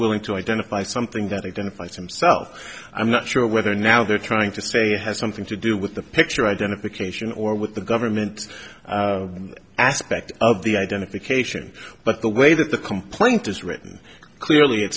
willing to identify something that identifies himself i'm not sure whether now they're trying to say has something to do with the picture identification or with the government aspect of the identification but the way that the complaint is written clearly it